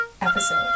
episode